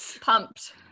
pumped